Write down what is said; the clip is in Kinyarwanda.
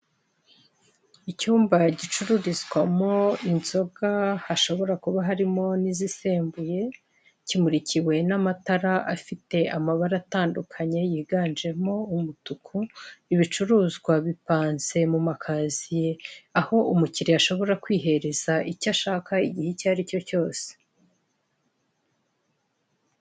Icyumba gicururizwamo inzoga hashobora kuba harimo n'izisembuye kimurikiwe n'amatara afite amabara atandukanye yiganjemo umutuku, ibicuruzwa bipanze mumakaziye aho umukiriya ashobora kwihereza icyo ashaka igihe icyaricyo cyose.